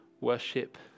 worship